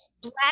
black